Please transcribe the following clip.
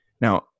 Now